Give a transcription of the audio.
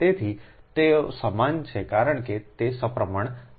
તેથી તેઓ સમાન છે કારણ કે તે સપ્રમાણ અંતર છે